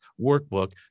Workbook